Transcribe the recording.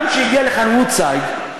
גם כשהגיעה לכאן "וודסייד",